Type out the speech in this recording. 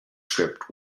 script